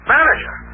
Manager